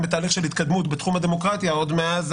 הם בתהליך של התקדמות בתחום של הדמוקרטיה עוד מאז